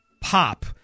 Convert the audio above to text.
pop